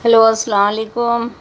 hello السّلام علیکم